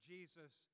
Jesus